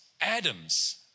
Adams